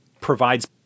provides